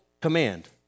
command